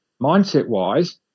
mindset-wise